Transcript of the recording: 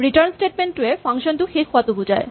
return statement টোৱে function টো শেষ হোৱাটো বুজায়